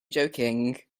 joking